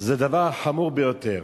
זה דבר חמור ביותר.